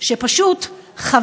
שבעה